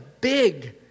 big